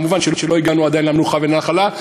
מובן שלא הגענו עדיין למנוחה ולנחלה,